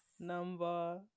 Number